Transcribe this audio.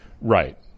Right